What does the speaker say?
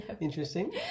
interesting